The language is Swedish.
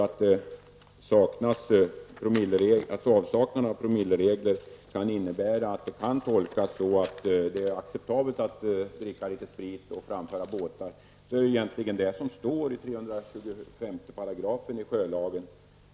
Jag sade att avsaknaden av promilleregler kan innebära tolkningen att det är acceptabelt att dricka litet sprit i samband med framförandet av båtar. Det är egentligen detta som står i 325 § i sjölagen.